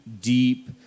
deep